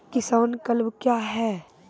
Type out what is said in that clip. किसान क्लब क्या हैं?